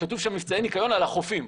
כתוב שם: מבצעי ניקיון על החופים,